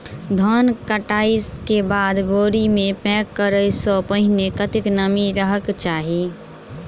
धान कटाई केँ बाद बोरी मे पैक करऽ सँ पहिने कत्ते नमी रहक चाहि?